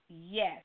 yes